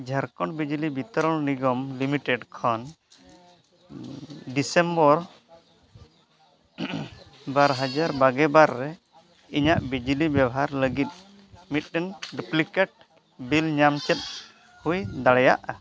ᱡᱷᱟᱲᱠᱷᱚᱸᱰ ᱵᱤᱡᱽᱞᱤ ᱵᱤᱛᱚᱨᱚᱱ ᱱᱤᱜᱚᱢ ᱞᱤᱢᱤᱴᱮᱰ ᱠᱷᱚᱱ ᱰᱤᱥᱮᱢᱵᱚᱨ ᱵᱟᱨ ᱦᱟᱡᱟᱨ ᱵᱟᱜᱮ ᱵᱟᱨ ᱨᱮ ᱤᱧᱹᱟᱜ ᱵᱤᱡᱽᱞᱤ ᱵᱮᱵᱷᱟᱨ ᱞᱟᱹᱜᱤᱫ ᱢᱤᱫᱴᱮᱱ ᱰᱩᱯᱞᱤᱠᱮᱴ ᱵᱤᱞ ᱧᱟᱢ ᱪᱮᱫ ᱦᱩᱭ ᱫᱟᱲᱮᱭᱟᱜᱼᱟ